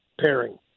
pairing